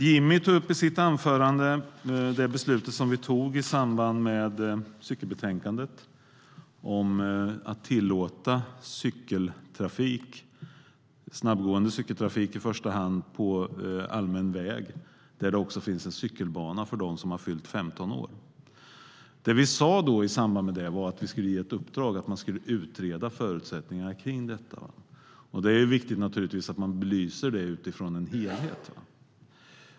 Jimmy Ståhl tog i sitt anförande upp det beslut vi fattade i samband med cykelbetänkandet, nämligen att tillåta i första hand snabbgående cykeltrafik på allmän väg där det finns en cykelbana för dem som har fyllt 15 år. Vi sa då att vi skulle ge ett uppdrag att utreda förutsättningarna för detta. Det är naturligtvis viktigt att man belyser detta utifrån en helhet.